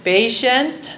Patient